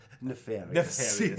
nefarious